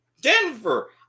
Denver